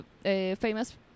famous